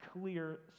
clear